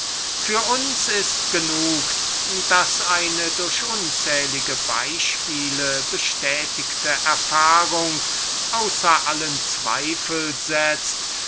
für uns ist genug daß eine durch unzähliche beispiele bestätigte erfahrung außer allen zweifel setzt